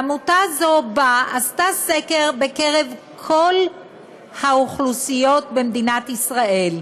והעמותה הזו עשתה סקר בקרב כל האוכלוסיות במדינת ישראל.